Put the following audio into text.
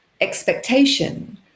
expectation